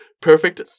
perfect